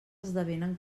esdevenen